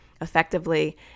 effectively